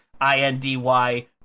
I-N-D-Y